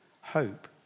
Hope